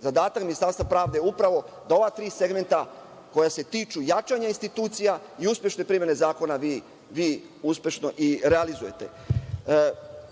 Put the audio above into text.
zadatak Ministarstva pravde da upravo ova tri segmenta, koja se tiču jačanja institucija i uspešne primene zakona, vi uspešno i realizujete. Dobra